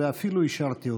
ואפילו אישרתי אותה.